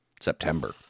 September